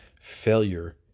Failure